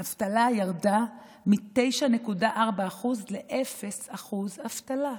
האבטלה ירדה מ-9.4% ל-0% אבטלה.